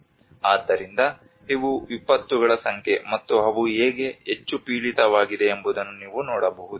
ಆದ್ದರಿಂದ ಇವು ವಿಪತ್ತುಗಳ ಸಂಖ್ಯೆ ಮತ್ತು ಅವು ಹೇಗೆ ಹೆಚ್ಚು ಪೀಡಿತವಾಗಿವೆ ಎಂಬುದನ್ನು ನೀವು ನೋಡಬಹುದು